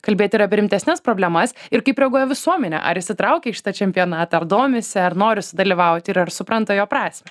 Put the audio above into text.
kalbėti ir apie rimtesnes problemas ir kaip reaguoja visuomenė ar įsitraukia į šitą čempionatą ar domisi ar nori sudalyvauti ir ar supranta jo prasmę